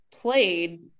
played